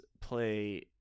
play